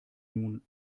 nun